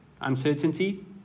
Uncertainty